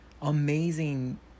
amazing